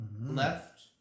left